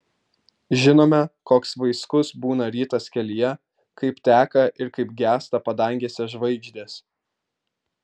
žinome koks vaiskus būna rytas kelyje kaip teka ir kaip gęsta padangėse žvaigždės